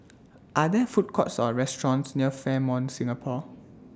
Are There Food Courts Or restaurants near Fairmont Singapore